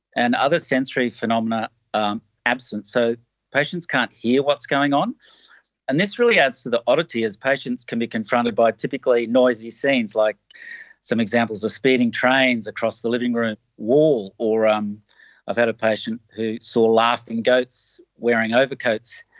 and other sensory phenomena are absent. so patients can't hear what's going and this really adds to the oddity as patients can be confronted by typically noisy scenes, like some examples of speeding trains across the living room wall, or um i've had a patient who saw laughing goats wearing overcoats.